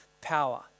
power